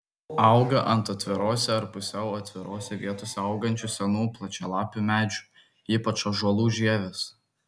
auga ant atvirose ar pusiau atvirose vietose augančių senų plačialapių medžių ypač ąžuolų žievės